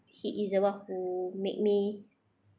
he is the one who make me